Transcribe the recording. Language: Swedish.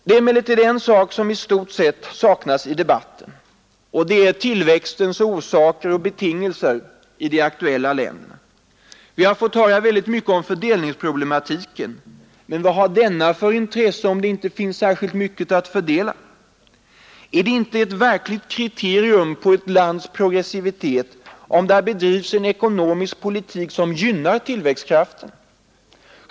Det är emellertid en sak som hittills i stort sett saknats i debatten. Det är tillväxtens orsaker och betingelser i de aktuella länderna. Vi har fått höra väldigt mycket talas om fördelningsproblematiken, men vad har detta för intresse om det inte finns mycket att fördela? Är inte ett verkligt kriterium på ett lands ”progressivitet” om där bedrivs en ekonomisk politik som gynnar tillväxtkrafterna?